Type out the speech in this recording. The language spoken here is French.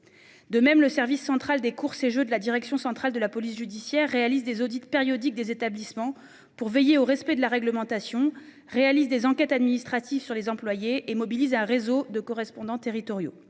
De même, le service central des courses et jeux de la direction centrale de la police judiciaire réalisent des audits périodiques des établissements pour veiller au respect de la réglementation réalisent des enquêtes administratives sur les employées et mobilise un réseau de correspondants territoriaux